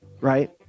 right